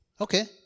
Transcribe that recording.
Okay